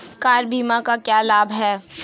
Car बीमा का क्या लाभ है?